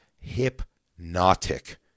hypnotic